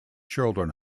children